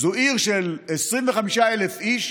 זו עיר של 25,000 איש